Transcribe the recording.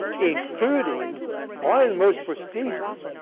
including one of the most prestigious,